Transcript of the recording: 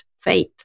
faith